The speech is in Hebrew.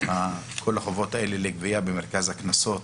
כל החובות האלה לגבייה במרכז הקנסות,